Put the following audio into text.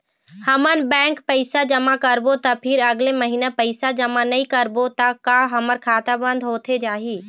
हमन बैंक पैसा जमा करबो ता फिर अगले महीना पैसा जमा नई करबो ता का हमर खाता बंद होथे जाही?